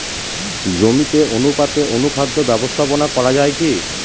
জমিতে অনুপাতে অনুখাদ্য ব্যবস্থাপনা করা য়ায় কি?